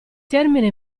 termine